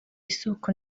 isoko